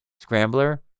scrambler